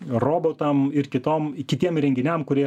robotam ir kitom kitiem įrenginiam kurie